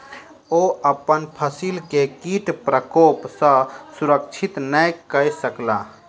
ओ अपन फसिल के कीट प्रकोप सॅ सुरक्षित नै कय सकला